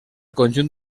conjunt